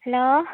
hello